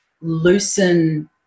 loosen